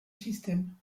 système